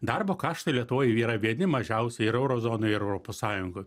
darbo kaštai lietuvoj yra vieni mažiausių ir euro zonoj ir europos sąjungoj